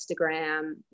Instagram